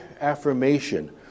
affirmation